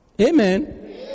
amen